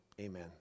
amen